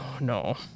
no